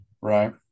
Right